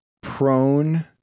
prone